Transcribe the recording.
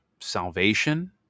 salvation